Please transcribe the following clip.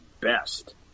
best